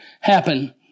happen